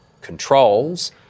controls